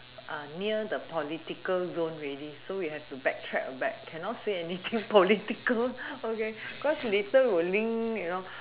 near the political zone already so we have to backtrack back cannot say anything political okay because will link you know